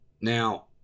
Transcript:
Now